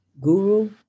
Guru